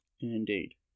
Indeed